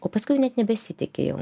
o paskui net nebesitiki jau